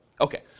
Okay